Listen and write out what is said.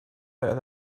out